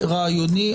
ורעיוני.